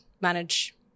manage